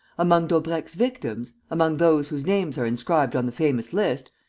among daubrecq's victims, among those whose names are inscribed on the famous list,